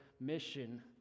mission